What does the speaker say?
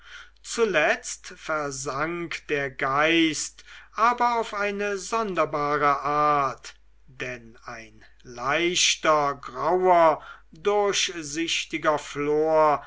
zuletzt versank der geist aber auf eine sonderbare art denn ein leichter grauer durchsichtiger flor